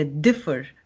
differ